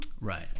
Right